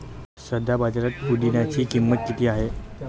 सध्या बाजारात पुदिन्याची किंमत किती आहे?